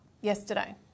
yesterday